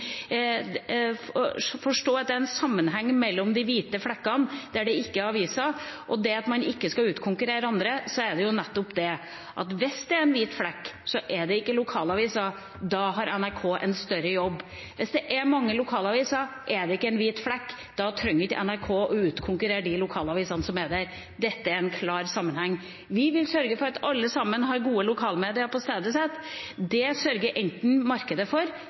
de hvite flekkene, der det ikke er aviser, og det at man ikke skal utkonkurrere andre, er det slik at hvis det er en hvit flekk, er det ikke lokalaviser. Da har NRK en større jobb. Hvis det er mange lokalaviser, er det ikke en hvit flekk. Da trenger ikke NRK å utkonkurrere de lokalavisene som er der. Det er en klar sammenheng. Vi vil sørge for at alle sammen har gode lokalmedia på stedet sitt. Det sørger enten markedet eller NRK for.